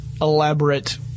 elaborate